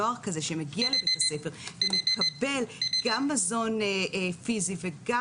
נוער כזה שמגיע לבית הספר ומקבל גם מזון פיסי וגם